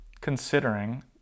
considering